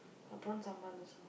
Prawn sambal also